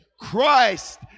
Christ